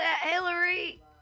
Hillary